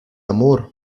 amor